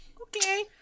okay